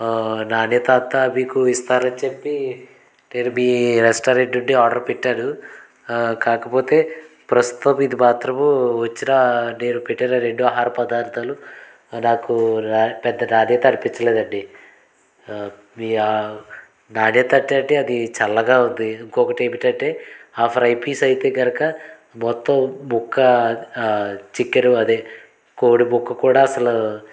నాణ్యత అంతా మీకు ఇస్తారని చెప్పి నేను మీ రెస్టారెంట్ నుండి ఆర్డర్ పెట్టాను కాకపోతే ప్రస్తుతం ఇది మాత్రము వచ్చినా నేను పెట్టిన రెండు ఆహార పదార్థాలు నాకు పెద్ద నాణ్యత అనిపించలేదు అండి మీ నాణ్యత అంటేనండి అది చల్లగా ఉంది ఇంకొకటి ఏమిటంటే ఆ ఫ్రై పీస్ అయితే కనుక మొత్తం ముక్క చికెను అదే కోడి ముక్క కూడా అసలు